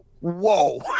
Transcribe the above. Whoa